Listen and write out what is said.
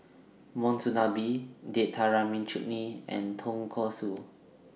Monsunabe Date Tamarind Chutney and Tonkatsu